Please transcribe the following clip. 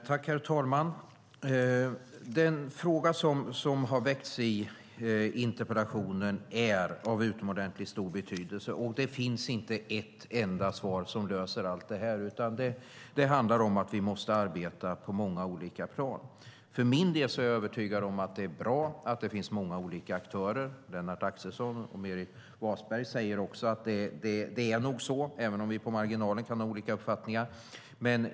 Herr talman! Den fråga som har väckts i interpellationen är av utomordentligt stor betydelse. Det finns inte ett enda svar som löser allt detta. Det handlar om att vi måste arbeta på många olika plan. För min del är jag övertygad om att det är bra att det finns många olika aktörer. Lennart Axelsson och Meeri Wasberg säger också att det nog är så, även om vi på marginalen kan ha olika uppfattningar.